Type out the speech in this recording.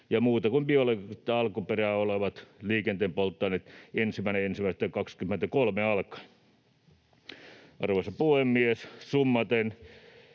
ja muuta kuin biologista alkuperää olevat liikenteen polttoaineet 1.1.23 alkaen. Arvoisa puhemies! Summaten: